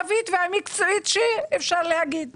נתניהו אשר מתנהל כדיקטטור בתוך מפלגתו,